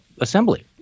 Assembly